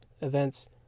events